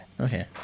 Okay